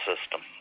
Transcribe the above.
system